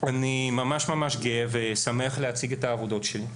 אני ממש ממש גאה ושמח להציג את העבודות שלי,